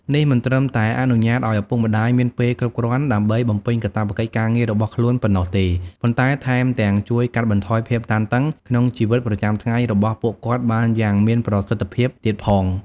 នេះមិនត្រឹមតែអនុញ្ញាតឱ្យឪពុកម្ដាយមានពេលគ្រប់គ្រាន់ដើម្បីបំពេញកាតព្វកិច្ចការងាររបស់ខ្លួនប៉ុណ្ណោះទេ ប៉ុន្តែថែមទាំងជួយកាត់បន្ថយភាពតានតឹងក្នុងជីវិតប្រចាំថ្ងៃរបស់ពួកគាត់បានយ៉ាងមានប្រសិទ្ធភាពទៀតផង។